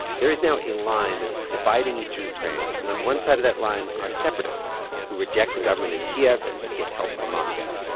there is now a line that's dividing eastern ukraine. and on one side of that line are separatists who reject the government in kiev and get help from moscow.